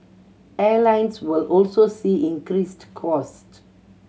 airlines will also see increased cost